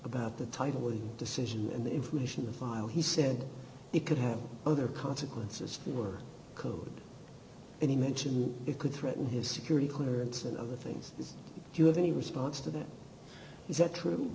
about the title decision and the information the file he said it could have other consequences were code he mentioned it could threaten his security clearance and other things you have any response to that he said true